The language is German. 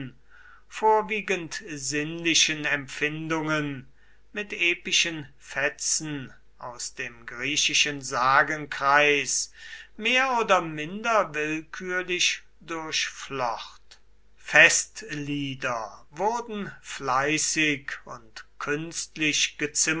vorwiegend sinnlichen empfindungen mit epischen fetzen aus dem griechischen sagenkreis mehr oder minder willkürlich durchflocht festlieder wurden fleißig und künstlich